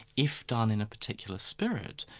if done in a particular spirit,